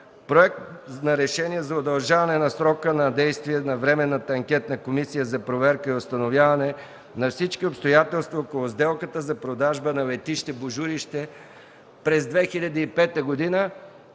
Проект за решение за удължаване на срока на действие на Временната анкетна комисия за проверка и установяване на всички обстоятелства по сделката за продажба на летище Божурище през 2005 г.,